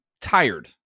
tired